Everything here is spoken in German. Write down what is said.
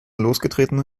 losgetreten